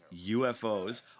UFOs